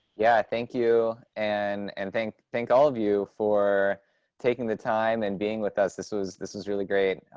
yeah. thank you. and and thank thank all of you for taking the time and being with us. this was this was really great.